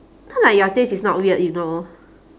not like your taste is not weird you know